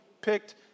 picked